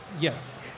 Yes